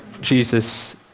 Jesus